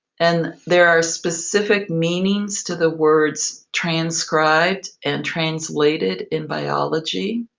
and there are specific meanings to the words transcribed and translated in biology.